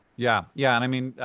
yeah yeah, and i mean,